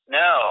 no